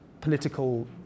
political